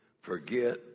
Forget